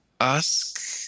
ask